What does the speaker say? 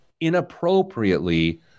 inappropriately